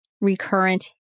recurrent